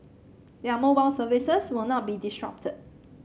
their mobile services will not be disrupted